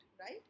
right